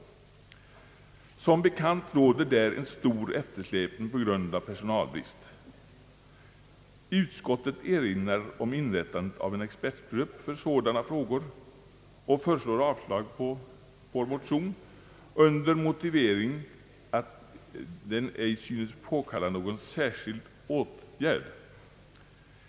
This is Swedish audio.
Som bekant råder det på detta område en stor eftersläpning på grund av personalbrist. Utskottet erinrar om att det förordat inrättandet av en expertgrupp för sådana frågor och yrkar avslag på dessa motioner under motive Ang. naturvårdens organisation, m.m. ring, att det ej synes påkalla någon särskild åtgärd.